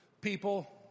people